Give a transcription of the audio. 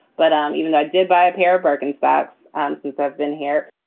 but um even though i did buy a pair of birkenstocks um since i've been here.